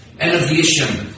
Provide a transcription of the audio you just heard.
Innovation